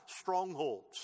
strongholds